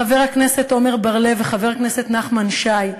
חבר הכנסת עמר בר-לב וחבר הכנסת נחמן שי,